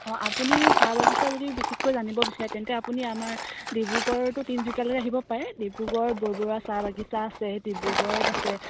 অঁ আপুনি চাহ বাগিচা যদি বিশেষকৈ জানিব বিচাৰে তেন্তে আপুনি আমাৰ ডিব্ৰুগড় টু তিনিচুকীয়ালৈ আহিব পাৰে ডিব্ৰুগড় বৰবৰুৱা চাহ বাগিচা আছে ডিব্ৰুগড়ত আছে